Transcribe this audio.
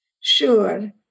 sure